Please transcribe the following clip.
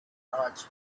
large